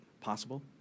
possible